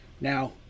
Now